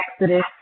Exodus